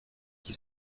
qui